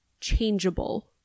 changeable